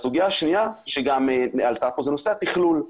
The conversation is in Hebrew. הסוגיה השנייה שגם עלתה כאן היא נושא התכלול.